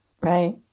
Right